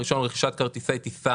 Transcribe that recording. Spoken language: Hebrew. הראשון הוא רכישת כרטיסי טיסה